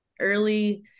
Early